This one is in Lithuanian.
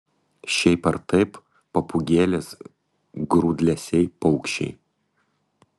šiaip ar taip papūgėlės grūdlesiai paukščiai